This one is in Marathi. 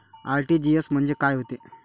आर.टी.जी.एस म्हंजे काय होते?